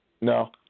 No